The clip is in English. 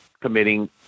committing